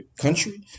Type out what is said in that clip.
country